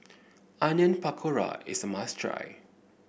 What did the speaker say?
Onion Pakora is a must try